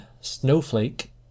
Snowflake